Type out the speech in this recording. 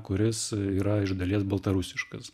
kuris yra iš dalies baltarusiškas